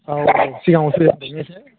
औ सिगाङाव सोलायबोनो एसे